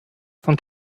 von